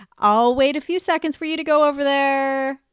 i'll wait a few seconds for you to go over there.